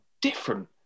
different